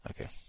Okay